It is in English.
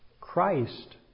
Christ